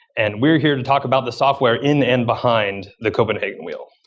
and we're here to talk about the software in and behind the copenhagen wheel.